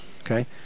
okay